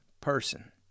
person